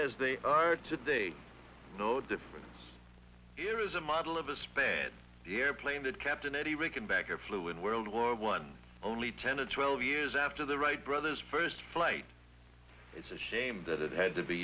as they are today no difference here is a model of a span the airplane that captain eddie rickenbacker flew in world war one only ten or twelve years after the wright brothers first flight it's a shame that it had to be